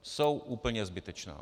Jsou úplně zbytečná.